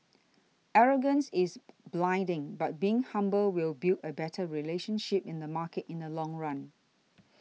arrogance is blinding but being humble will build a better relationship in the market in the long run